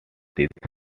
teeth